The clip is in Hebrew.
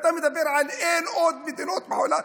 ואתה מדבר על "אין עוד מדינות בעולם".